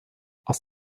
aus